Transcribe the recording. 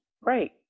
Right